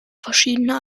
verschiedener